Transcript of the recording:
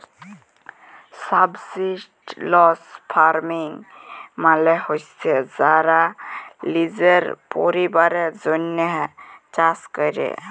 subsistence farming মালে হছে যারা লিজের পরিবারের জ্যনহে চাষ ক্যরে